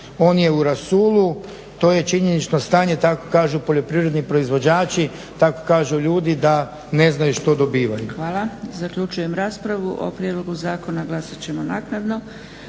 on je u rasulu. To je činjenično stanje, tako kažu poljoprivredni proizvođači, tako kažu ljudi da ne znaju što dobivaju. **Zgrebec, Dragica (SDP)** Hvala. Zaključujem raspravu. O prijedlogu zakona glasat ćemo naknadno.